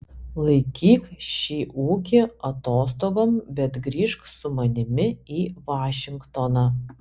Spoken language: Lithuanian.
laikyk šį ūkį atostogoms bet grįžk su manimi į vašingtoną